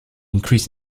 increase